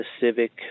civic